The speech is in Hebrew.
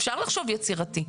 אפשר לחשוב יצירתי.